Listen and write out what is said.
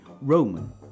Roman